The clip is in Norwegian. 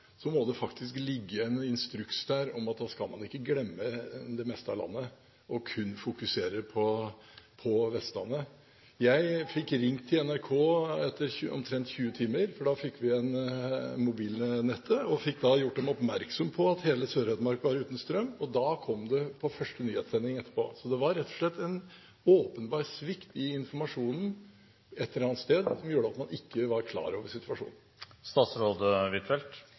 må det faktisk ligge en instruks der om at da skal man ikke skal glemme det meste av landet og kun fokusere på Vestlandet. Jeg fikk ringt til NRK etter ca. 20 timer, for da fikk vi igjen mobilnettet, og fikk gjort dem oppmerksom på at hele Sør-Hedmark var uten strøm. Da kom det på første nyhetssending etterpå. Så det var rett og slett en åpenbar svikt i informasjonen et eller annet sted som gjorde at man ikke var klar over situasjonen.